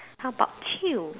how about you